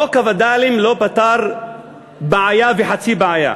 חוק הווד"לים לא פתר בעיה וחצי בעיה.